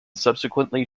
subsequently